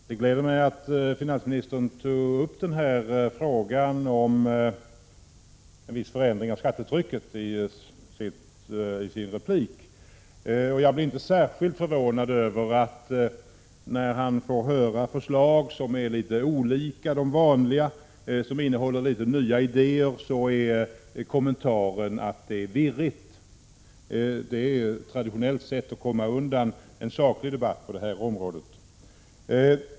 Herr talman! Det gläder mig att finansministern i sin replik tog upp frågan om en viss förändring av skattetrycket. När han får höra förslag som är litet olika de vanliga och som innehåller litet nya idéer blir kommentaren att det är virrigt, men jag blev inte särskilt förvånad över att höra detta. Det är det traditionella sättet att komma undan en saklig debatt på det här området.